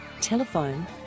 Telephone